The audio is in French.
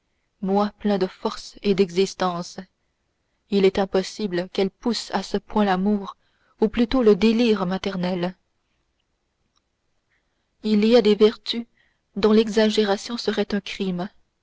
moi plein de force et d'existence il est impossible qu'elle pousse à ce point l'amour ou plutôt le délire maternel il y a des vertus dont l'exagération serait un crime